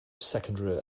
secondary